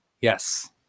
Yes